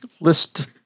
list